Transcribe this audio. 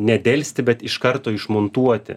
nedelsti bet iš karto išmontuoti